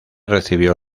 recibió